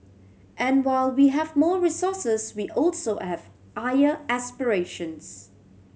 and while we have more resources we also have higher aspirations